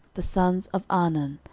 the sons of arnan,